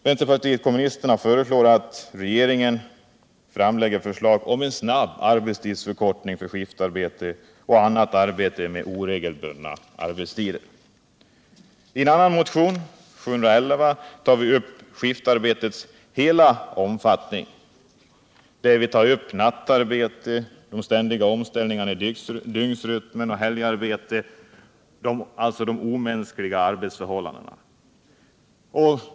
Vänsterpartiet kommunisterna föreslår att regeringen lägger fram förslag om en snabb arbetstidsförkortning för skiftarbete och annat arbete med oregelbundna arbetstider. I en annan motion, nr 711, tar vi upp hela frågan om skiftarbete. omänskliga arbetsförhållanden.